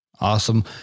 Awesome